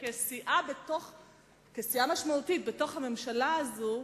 כסיעה משמעותית בתוך הממשלה הזאת,